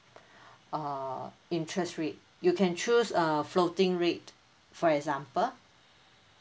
uh interest rate you can choose uh floating rate for example